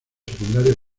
secundarias